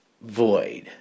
void